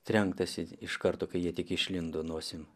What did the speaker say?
trenktasi iš karto kai jie tik išlindo nosim